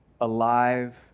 alive